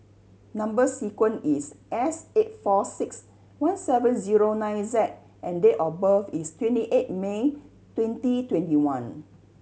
number sequence is S eight four six one seven zero nine Z and date of birth is twenty eight May twenty twenty one